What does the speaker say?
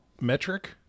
metric